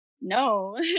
no